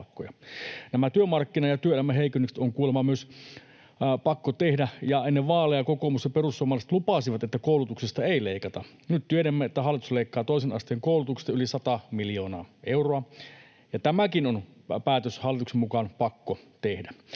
Nämä työmarkkina- ja työelämäheikennykset on kuulemma myös pakko tehdä. Ennen vaaleja kokoomus ja perussuomalaiset lupasivat, että koulutuksesta ei leikata. Nyt tiedämme, että hallitus leikkaa toisen asteen koulutuksesta yli 100 miljoonaa euroa, ja tämäkin päätös on hallituksen mukaan pakko tehdä.